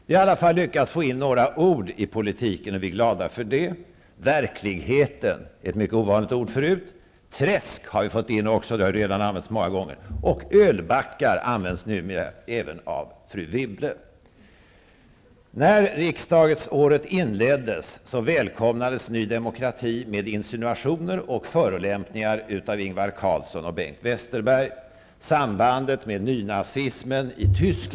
Vi har i alla fall lyckats få in några ord i politiken, och vi är glada för det. ''Verkligheten'' var förut ett mycket ovanligt ord. ''Träsk'' har vi också fått in -- det har redan använts många gånger. ''Ölbackar'' används numera även av fru Wibble. När riksdagsåret inleddes välkomnades Ny demokrati med insinuationer och förolämpningar av Ingvar Carlsson och Bengt Westerberg.